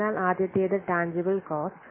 അതിനാൽ ആദ്യത്തേത് ടാൻജിബ്ബിൽ കോസ്റ്റ്